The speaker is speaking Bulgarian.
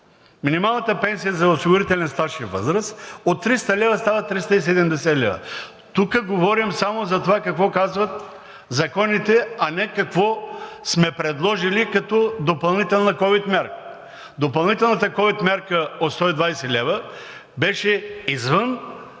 минималната пенсия за осигурителен стаж и възраст от 300 лв. става 370 лв. Тук говорим само за това какво казват законите, а не какво сме предложили като допълнителна ковид мярка. Допълнителната ковид мярка от 120 лв. беше извън